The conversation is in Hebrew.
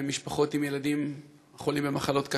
במשפחות עם ילדים חולים במחלות קשות,